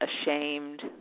ashamed